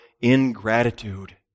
ingratitude